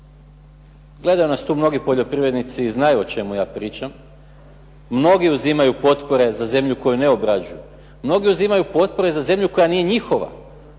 gledaju nas tu mnogi poljoprivrednici i znaju o čemu ja pričam, mnogi uzimaju potpore za zemlju koju ne obrađuju, mnogi uzimaju potpore za zemlju koja nije njihova,